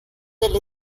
del